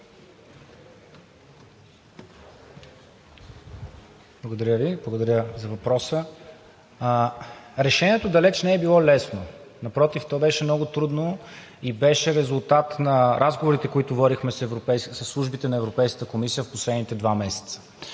Благодаря Ви. Благодаря за въпроса. Решението далеч не е било лесно. Напротив, то беше много трудно и беше резултат на разговорите, които водихме със службите на Европейската комисия в последните два месеца.